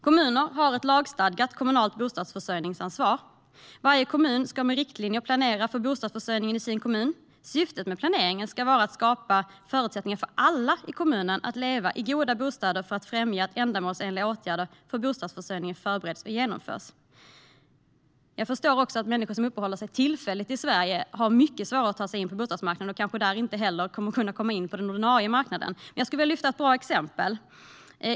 Kommuner har ett lagstadgat kommunalt bostadsförsörjningsansvar. Varje kommun ska med riktlinjer planera för bostadsförsörjningen i sin kommun. Syftet med planeringen ska vara att skapa förutsättningar för alla i kommunen att leva i goda bostäder och att främja att ändamålsenliga åtgärder för bostadsförsörjningen förbereds och genomförs. Jag förstår också att människor som uppehåller sig tillfälligt i Sverige har mycket svårare att ta sig in på bostadsmarknaden och kanske där inte heller kommer att ta sig in på den ordinarie marknaden, men jag skulle vilja lyfta upp ett bra exempel.